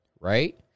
right